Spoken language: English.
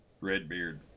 Redbeard